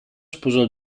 sposò